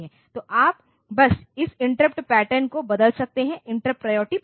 तो आप बस इस इंटरप्ट पैटर्न को बदल सकते हैं इंटरप्ट प्रायोरिटी पैटर्न